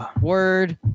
word